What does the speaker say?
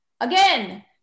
again